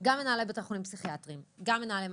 כמו גם החלטת ממשלה שהייתה אמורה לצאת